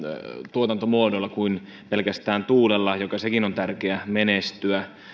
tuotantomuodoilla kuin pelkästään tuulella joka sekin on tärkeä